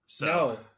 No